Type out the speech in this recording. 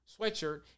sweatshirt